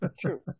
True